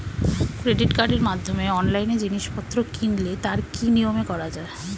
Credit কার্ডের মাধ্যমে অনলাইনে জিনিসপত্র কিনলে তার কি নিয়মে করা যায়?